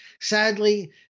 Sadly